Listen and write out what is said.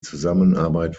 zusammenarbeit